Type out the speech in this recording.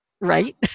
right